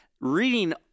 reading